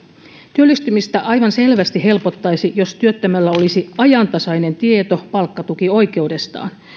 työllistymistä aivan selvästi helpottaisi jos työttömällä olisi ajantasainen tieto palkkatukioikeudestaan